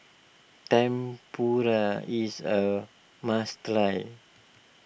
Tempura is a must try